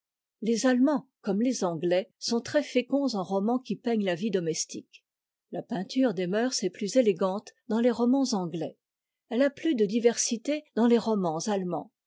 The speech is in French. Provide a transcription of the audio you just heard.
les allemands comme les anglais sont trèsféconds en romans qui peignent la vie domestique la peinture des mœurs est plus élégante dans les romans anglais elle a plus de diversité dans les romans allemands